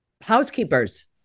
housekeepers